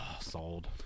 sold